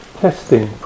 testing